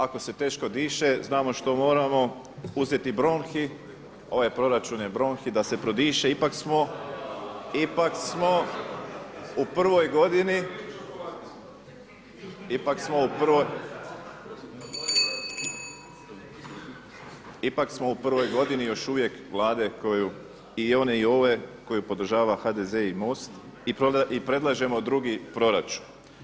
Ako se teško diše znamo što moramo uzeti bronhi, ovaj proračun je bronhi da se prodiše, ipak smo u prvoj godini, ipak smo u prvoj godini još uvijek Vlade koju i one i ove koju podržava HDZ i MOST i predlažemo drugi proračun.